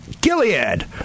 Gilead